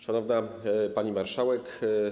Szanowna Pani Marszałek!